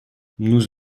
nous